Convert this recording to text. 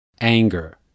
anger